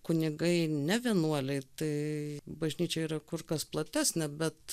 kunigai ne vienuoliai tai bažnyčia yra kur kas platesnė bet